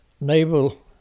Naval